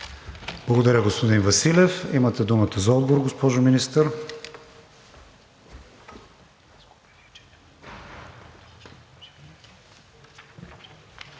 Благодаря, господин Василев. Имате думата за отговор, госпожо Министър.